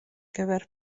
gyfer